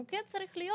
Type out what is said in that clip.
המוקד צריך להיות